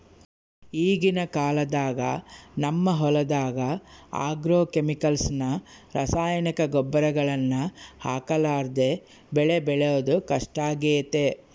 ಈಗಿನ ಕಾಲದಾಗ ನಮ್ಮ ಹೊಲದಗ ಆಗ್ರೋಕೆಮಿಕಲ್ಸ್ ನ ರಾಸಾಯನಿಕ ಗೊಬ್ಬರಗಳನ್ನ ಹಾಕರ್ಲಾದೆ ಬೆಳೆ ಬೆಳೆದು ಕಷ್ಟಾಗೆತೆ